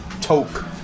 Toke